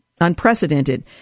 unprecedented